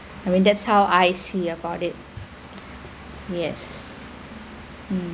I mean that's how I see about it yes mm